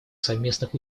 совместных